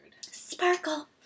Sparkle